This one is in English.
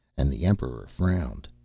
and the emperor frowned.